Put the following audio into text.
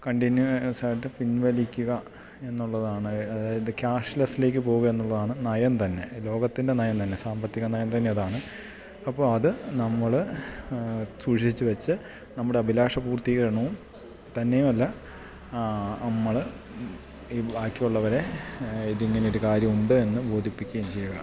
കണ്ടിന്യൂസായിട്ട് പിൻവലിക്കുക എന്നുള്ളതാണ് അതായത് ക്യാഷ്ലെസ്സിലേക്ക് പോവുക എന്നുള്ളതാണ് നയം തന്നെ ലോകത്തിൻ്റെ നയം തന്നെ സാമ്പത്തിക നയം തന്നെ അതാണ് അപ്പോൾ അതു നമ്മൾ സൂക്ഷിച്ചു വെച്ച് നമ്മുടെ അഭിലാഷ പൂർത്തീകരണവും തന്നെയുമല്ല നമ്മൾ ഈ ബാക്കിയുള്ളവരെ ഇതിങ്ങനെയൊരു കാര്യമുണ്ട് എന്നു ബോധിപ്പിക്കുകയും ചെയ്യുക